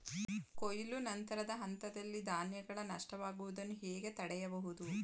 ಕೊಯ್ಲು ನಂತರದ ಹಂತದಲ್ಲಿ ಧಾನ್ಯಗಳ ನಷ್ಟವಾಗುವುದನ್ನು ಹೇಗೆ ತಡೆಯಬಹುದು?